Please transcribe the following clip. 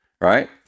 right